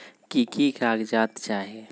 की की कागज़ात चाही?